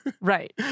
Right